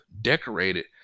decorated